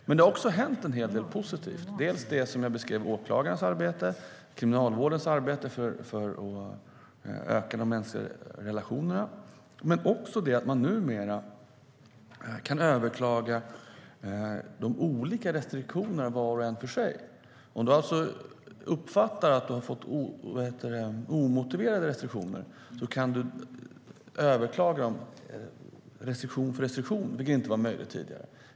Men det har också hänt en hel del positivt. Det gäller det som jag beskrev om åklagarens arbete och Kriminalvårdens arbete för att öka de mänskliga relationerna. Men det handlar också om att man numera kan överklaga de olika restriktionerna var och en för sig. Om man uppfattar att man har fått omotiverade restriktioner kan man överklaga dem restriktion för restriktion, vilket inte var möjligt tidigare.